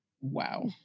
Wow